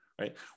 right